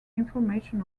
information